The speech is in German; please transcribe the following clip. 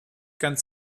ganz